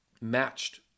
matched